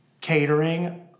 catering